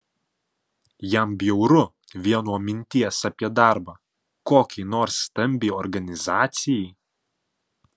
jam bjauru vien nuo minties apie darbą kokiai nors stambiai organizacijai